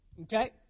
Okay